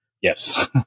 Yes